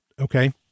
okay